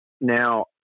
Now